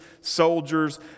soldiers